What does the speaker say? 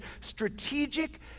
strategic